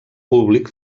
públic